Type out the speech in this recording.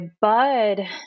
bud